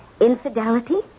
infidelity